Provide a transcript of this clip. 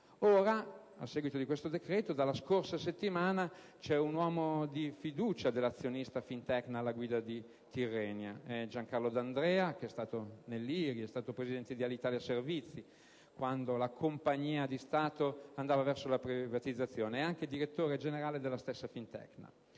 A seguito di questo decreto-legge, dalla scorsa settimana c'è un uomo di fiducia dell'azionista Fintecna alla guida di Tirrenia: è Giancarlo D'Andrea, già nell'IRI, già presidente di Alitalia Servizi, quando la compagnia di Stato andava verso la privatizzazione, e già direttore generale della stessa Fintecna.